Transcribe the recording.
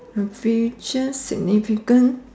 future significant